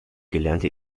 gelernte